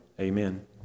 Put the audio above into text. Amen